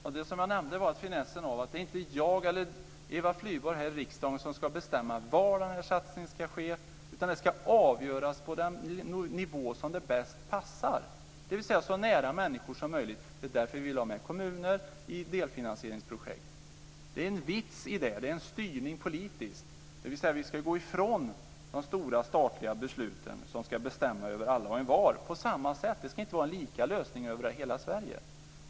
Fru talman! Det jag nämnde var att finessen är att det inte är jag eller Eva Flyborg här i riksdagen som ska bestämma var denna satsning ska ske. Det ska avgöras på den nivå där det bäst passar, dvs. så nära människor som möjligt. Det är därför vi vill ha med kommuner i delfinansieringsprojekt. Det är en vits i det. Det är en politisk styrning. Vi ska gå ifrån de stora statliga besluten som ska bestämma över alla och envar på samma sätt. Det ska inte vara en likadan lösning över hela Sverige.